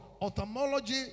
ophthalmology